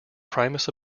primus